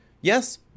Yes